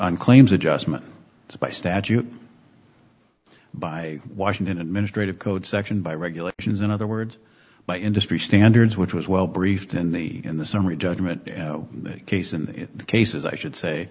on claims adjustment by statute by washington administrative code section by regulations in other words by industry standards which was well briefed in the in the summary judgment case in the cases i should say